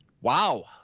wow